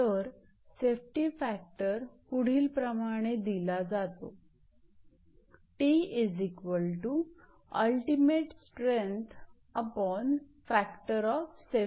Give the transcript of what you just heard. तर safety factor पुढीलप्रमाणे दिला जातो 𝑇